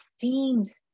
seems